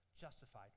justified